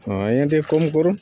ହଁ ଆଜ୍ଞା ଟିକେ କମ୍ କରୁନ୍